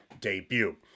debut